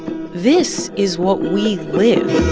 this is what we lived